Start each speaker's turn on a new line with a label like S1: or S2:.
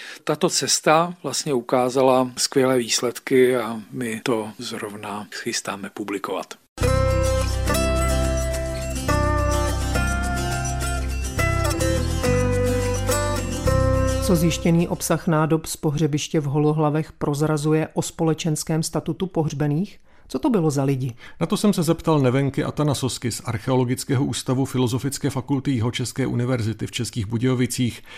S1: Tato cesta vlastně ukázala skvělé výsledky a my to zrovna chystáme publikovat.
S2: Co zjištěný obsah nádob z pohřebiště v Holohlavech prozrazuje o společenském statutu pohřbených? Co to bylo za lidi?
S3: Na to jsem se zeptal Nevenky Atanasosky z Archeologického ústavu Filozofické fakulty Jihočeské univerzity v Českých Budějovicích.